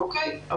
או.קיי.